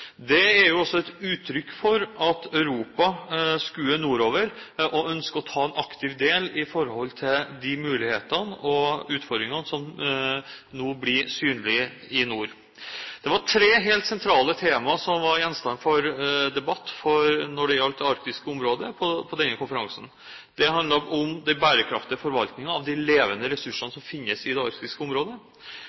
Det er også et uttrykk for at Europa skuer nordover og ønsker å ta aktivt del i de mulighetene og utfordringene som nå blir synlige i nord. Det var tre helt sentrale tema som var gjenstand for debatt når det gjaldt det arktiske området, på denne konferansen. Det handlet om den bærekraftige forvaltningen av de levende ressursene som finnes i det arktiske området.